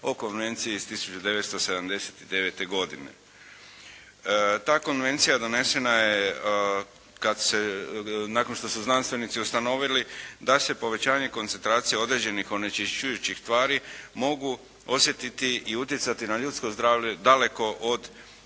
o konvenciji iz 1979. godine. Ta konvencija donesena je kad se, nakon što su znanstvenici ustanovili da se povećanje koncentracije određenih onečišćujućih tvari mogu osjetiti i utjecati na ljudsko zdravlje daleko od